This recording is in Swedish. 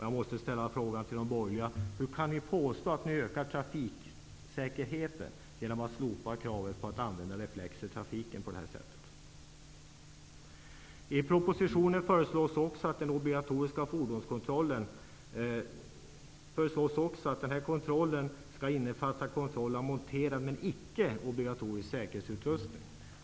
Jag måste fråga de borgerliga: Hur kan ni påstå att ni ökar trafiksäkerheten genom att på det här sättet slopa kravet på att reflexer skall användas i trafiken? I propositionen föreslås också att den obligatoriska fordonskontrollen skall innefatta kontroll av monterad men icke obligatorisk säkerhetsutrustning.